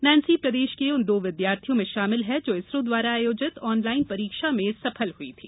Nancy प्रदेश के उन दो विद्यार्थियों में शामिल है जो इसरो द्वारा आयोजित ऑनलाइन परीक्षा में सफल हुई थी